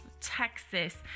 Texas